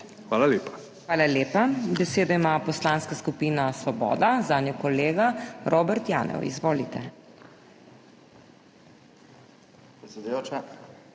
MEIRA HOT: Hvala lepa. Besedo ima Poslanska skupina Svoboda, zanjo kolega Robert Janov. Izvolite.